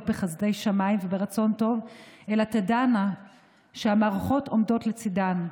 בחסדי שמיים וברצון טוב אלא תדענה שהמערכות עומדות לצידן.